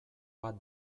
bat